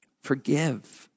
Forgive